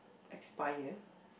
aspire